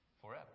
forever